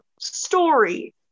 story